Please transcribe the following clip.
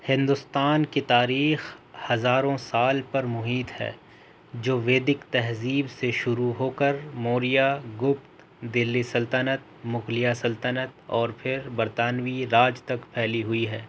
ہندوستان کی تاریخ ہزاروں سال پر محیط ہے جو ویدک تہذیب سے شروع ہو کر موریہ گپت دلی سلطنت مغلیہ سلطنت اور پھر برطانوی راج تک پھیلی ہوئی ہے